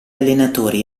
allenatori